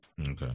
Okay